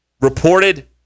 reported